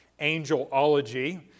angelology